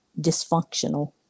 dysfunctional